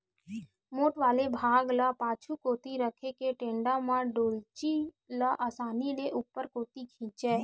मोठ वाले भाग ल पाछू कोती रखे के टेंड़ा म डोल्ची ल असानी ले ऊपर कोती खिंचय